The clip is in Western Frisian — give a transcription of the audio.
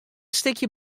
stikje